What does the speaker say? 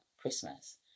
Christmas